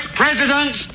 presidents